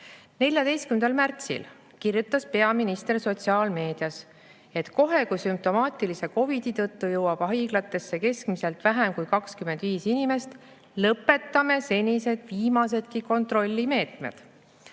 14. märtsil kirjutas peaminister sotsiaalmeedias, et kohe, kui sümptomaatilise COVID-i tõttu jõuab haiglatesse keskmiselt vähem kui 25 inimest, lõpetame viimasedki kontrollimeetmed.